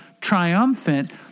triumphant